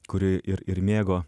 kuri ir ir mėgo